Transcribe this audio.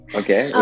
okay